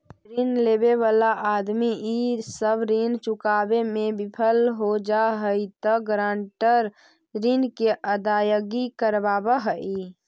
ऋण लेवे वाला आदमी इ सब ऋण चुकावे में विफल हो जा हई त गारंटर ऋण के अदायगी करवावऽ हई